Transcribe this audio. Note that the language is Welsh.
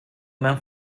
mewn